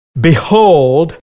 Behold